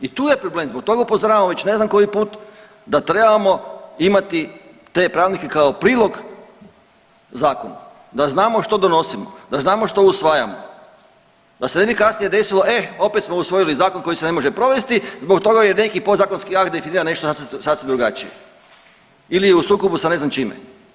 I tu je problem, zbog toga upozoravam već ne znam koji put da trebamo imati te pravilnike kao prilog zakonu, da znamo što donosimo, da znamo što usvajamo, da se ne bi kasnije desilo, e opet smo usvojili zakon koji se ne može provesti zbog toga jer neki podazkonski akt definira nešto sasvim drugačije ili je u sukobu sa ne znam čime.